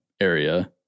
area